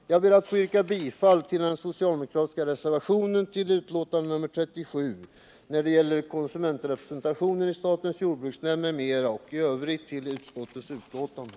Jag ber att få yrka bifall till den socialdemokratiska reservationen vid betänkandet nr 37 när det gäller konsumentrepresentationen i statens jordbruksnämnd m.m. och i övrigt bifall till utskottets hemställan.